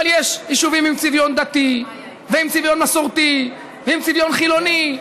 אבל יש יישובים עם צביון דתי ועם צביון מסורתי ועם צביון חילוני,